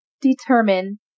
determine